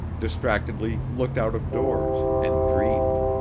distractedly looked out of doors, and dreamed.